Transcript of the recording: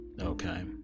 okay